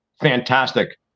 fantastic